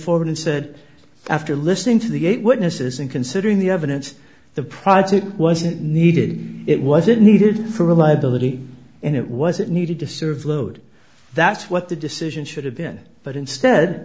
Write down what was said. forward and said after listening to the eight witnesses and considering the evidence the privacy wasn't needed it wasn't needed for reliability and it wasn't needed to serve load that's what the decision should have been but instead